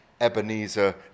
Ebenezer